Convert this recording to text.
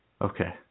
Okay